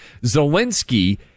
Zelensky